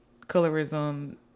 colorism